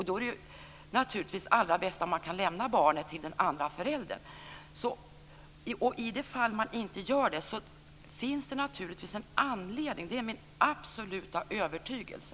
Då är det naturligtvis allra bäst om man kan lämna barnen till den andra föräldern. I de fall man inte gör det finns det naturligtvis en anledning. Det är min absoluta övertygelse.